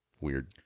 weird